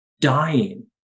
dying